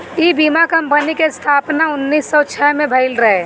इ बीमा कंपनी के स्थापना उन्नीस सौ छह में भईल रहे